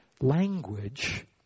language